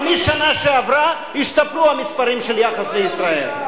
אבל משנה שעברה השתפרו המספרים של היחס לישראל.